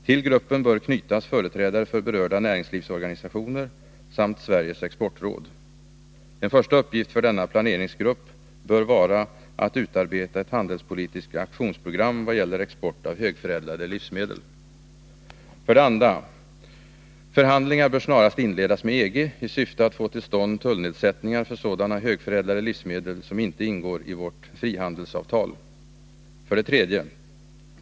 Till gruppen bör knytas företrädare för berörda näringslivsorganisationer samt Sveriges Exportråd. En första uppgift för denna planeringsgrupp bör vara att utarbeta ett handelspolitiskt aktionsprogram vad gäller export av högförädlade livsmedel. 2. Förhandlingar bör snarast inledas med EG i syfte att få till stånd tullnedsättningar för sådana högförädlade livsmedel som inte ingår i vårt frihandelsavtal. 3.